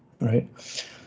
Right